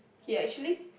he actually